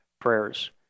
prayers